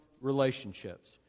relationships